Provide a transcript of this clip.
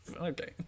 Okay